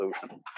solution